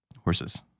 horses